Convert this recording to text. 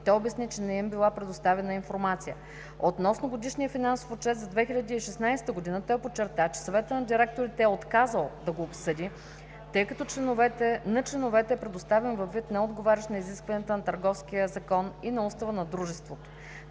той обясни, че не им е била предоставена информация. Относно годишния финансов отчет за 2016 г. той подчерта, че Съветът на директорите е отказал да го обсъди, тъй като на членовете е предоставен във вид, неотговарящ на изискванията на Търговския закон и на Устава на дружеството.